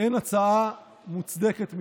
אין הצעה מוצדקת מזו.